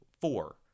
four